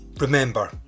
Remember